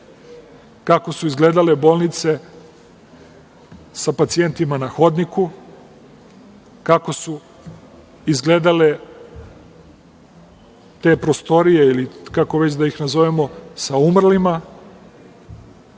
kako su izgledale bolnice sa pacijentima na hodniku, kako su izgledale te prostorije ili kako već da ih nazovemo sa umrlima. Da